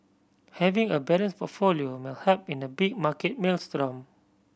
having a balance portfolio may help in a big market maelstrom